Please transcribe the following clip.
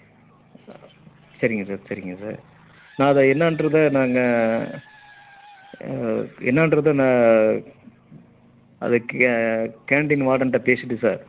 சரிங்க சார் சரிங்க சார் நான் அதை என்னன்றதை நாங்கள் என்னன்றதை நான் அதுக்கு கேண்டின் வார்டன்கிட்ட பேசிவிட்டு சார்